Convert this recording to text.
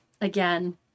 again